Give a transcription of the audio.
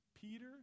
Peter